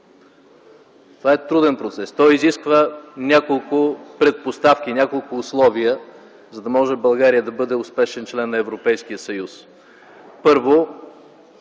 Това е труден процес. Той изисква няколко предпоставки, няколко условия, за да може България да бъде успешен член на Европейския съюз. Първо,